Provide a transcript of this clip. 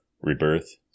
Rebirth